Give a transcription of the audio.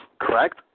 correct